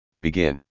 begin